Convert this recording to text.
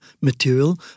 material